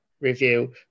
review